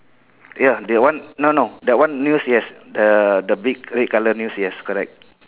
ya that one no no that one news yes the the big red colour news yes correct